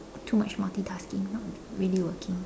too much multitasking not really working